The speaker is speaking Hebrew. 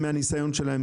מהניסיון שלהם,